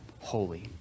holy